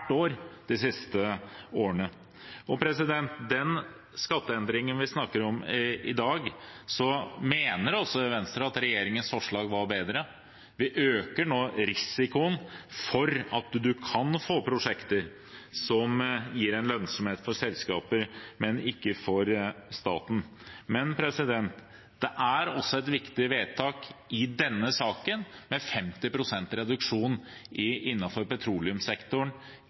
år de siste årene. Når det gjelder den skatteendringen vi snakker om i dag, mener Venstre at regjeringens forslag var bedre. Vi øker nå risikoen for at man kan få prosjekter som gir en lønnsomhet for selskaper, men ikke for staten. 50 pst. reduksjon innenfor petroleumssektoren innen 2030 er også et viktig vedtak i denne saken.